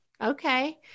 Okay